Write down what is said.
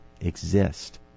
exist